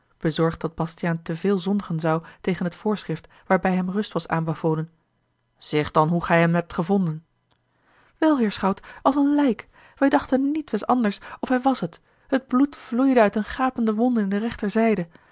bezorgd dat bastiaan te veel zondigen zou tegen het voorschrift waarbij hem rust was aanbevolen zeg dan hoe gij hem hebt gevonden wel heer schout als een lijk wij dachten nietwes anders of hij was het het bloed vloeide uit eene gapende wonde in de rechterzijde